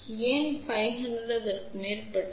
ஏன் 500 அல்லது அதற்கு மேற்பட்டது